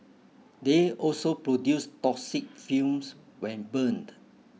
they also produce toxic fumes when burned